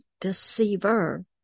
deceiver